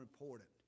important